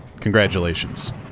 Congratulations